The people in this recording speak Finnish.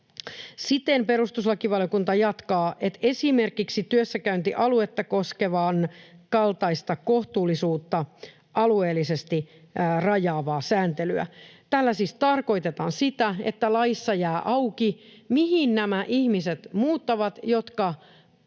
ja perustuslakivaliokunta jatkaa, että esimerkiksi työssäkäyntialuetta koskevan kaltaista kohtuullisuutta alueellisesti rajaavaa sääntelyä. Tällä siis tarkoitetaan sitä, että laissa jää auki, mihin nämä ihmiset muuttavat, nämä